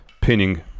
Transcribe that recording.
pinning